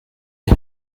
had